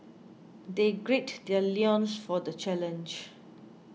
they gird their loins for the challenge